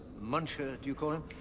muncher, do you call him?